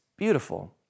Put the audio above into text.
Beautiful